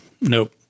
nope